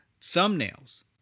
thumbnails